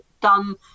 done